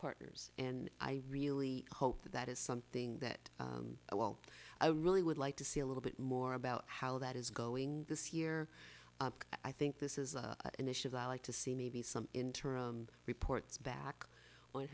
partners and i really hope that that is something that while i really would like to see a little bit more about how that is going this year i think this is an issue that i like to see maybe some interim reports back on